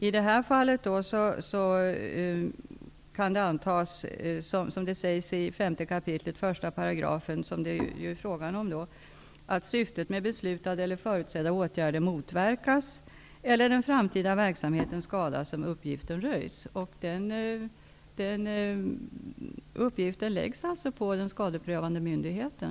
I det här fallet kan det antas -- som sägs i 5 kap. 1 §, som det ju är fråga om -- att syftet med beslutade eller förutsedda åtgärder motverkas eller den framtida verksamheten skadas om uppgiften röjs. Den uppgiften läggs alltså på den skadeprövande myndigheten.